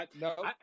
No